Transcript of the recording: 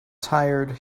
tired